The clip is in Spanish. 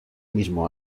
mismo